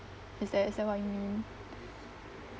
is that is that what you mean